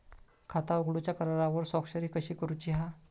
खाता उघडूच्या करारावर स्वाक्षरी कशी करूची हा?